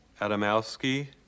Adamowski